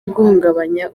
guhungabanya